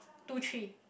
two three